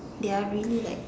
they are really like